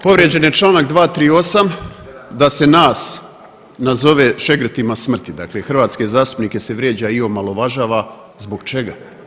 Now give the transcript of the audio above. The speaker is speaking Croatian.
Povrijeđen je čl. 238. da se nas nazove šegrtima smrti, dakle hrvatske zastupnike se vrijeđa i omalovažava zbog čega?